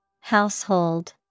Household